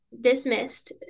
dismissed